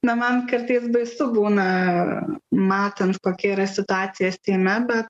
na man kartais baisu būna matant kokia yra situacija seime bet